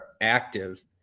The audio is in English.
active